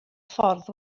ffordd